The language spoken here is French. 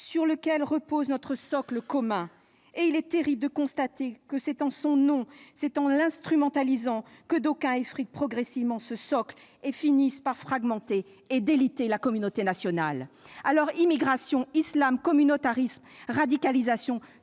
sur laquelle repose notre socle commun. Et il est terrible de constater que c'est en son nom, que c'est en l'instrumentalisant que d'aucuns effritent progressivement ce socle et finissent par fragmenter et déliter la communauté nationale ! Immigration, islam, communautarisme, radicalisation,